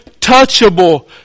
touchable